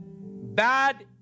Bad